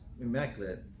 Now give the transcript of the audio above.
immaculate